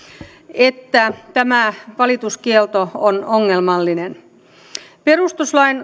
että tämä valituskielto on ongelmallinen perustuslain